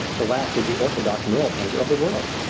the last is the orthodox mural painter of the world,